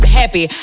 happy